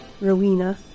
Rowena